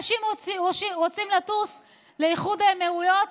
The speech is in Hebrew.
אנשים רוצים לטוס לאיחוד האמירויות,